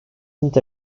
not